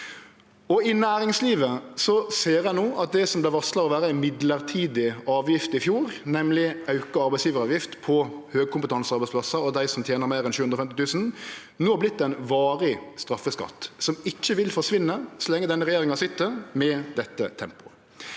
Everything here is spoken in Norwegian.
I næringslivet ser ein no at det som var varsla å vere ein mellombels avgift i fjor, nemleg auka arbeidsgjevaravgift for høgkompetansearbeidsplassar og dei som tener meir enn 750 000, no har vorte ein varig straffeskatt, som ikkje vil forsvinne så lenge denne regjeringa sit, med dette tempoet.